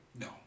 no